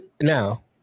Now